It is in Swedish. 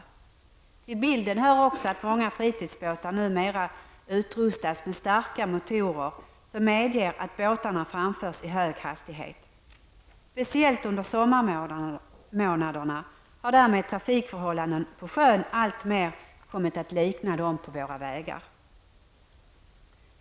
Till bilden hör också att många fritidsbåtar numera utrustas med starka motorer som medger att båtarna framförs i hög hastighet. Speciellt under sommarmånaderna har trafikförhållandena på sjön alltmer kommit att likna dem på våra vägar.